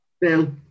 Bill